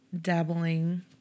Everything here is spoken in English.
dabbling